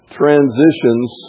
transitions